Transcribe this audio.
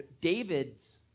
David's